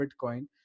bitcoin